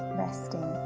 resting.